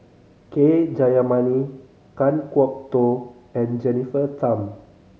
K Jayamani Kan Kwok Toh and Jennifer Tham